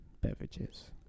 beverages